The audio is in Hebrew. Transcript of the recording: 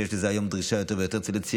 שיש לזה היום יותר דרישה אצל הצעירים,